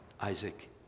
Isaac